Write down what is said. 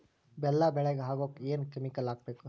ಬೆಲ್ಲ ಬೆಳಗ ಆಗೋಕ ಏನ್ ಕೆಮಿಕಲ್ ಹಾಕ್ಬೇಕು?